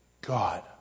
God